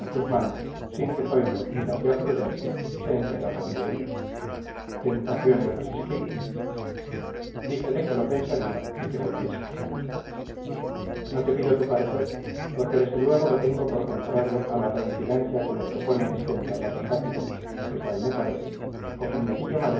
sus manos sin que zoilo ni la tía prudencia se enteraran de ello tentación irresistible díjele que lo pensaría y que volviese no te pido tu parecer porque desde luego lo tengo por contrario a la reincidencia que me propone este endiablado sátiro que tal me parece